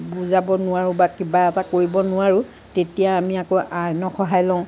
বুজাব নোৱাৰোঁ বা কিবা এটা কৰিব নোৱাৰোঁ তেতিয়া আমি আকৌ আইনৰ সহায় লওঁ